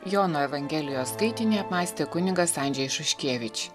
jono evangelijos skaitinį apmąstė kunigas andžejus šuškevič